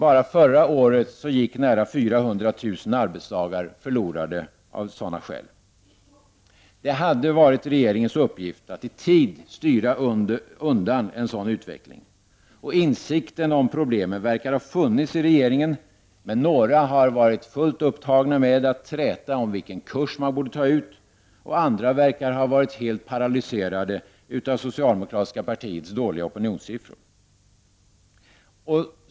Bara förra året gick nära 400 000 arbetsdagar förlorade av sådana skäl. Det hade varit regeringens uppgift att i tid styra undan en sådan utveckling. Insikten om problemen verkar ha funnits i regeringen. Men några har varit fullt upptagna med att träta om vilken kurs man borde ta ut, och andra verkar ha varit helt paralyserade av socialdemokratiska partiets dåliga opinionssiffror.